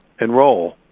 enroll